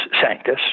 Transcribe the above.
sanctus